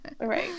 Right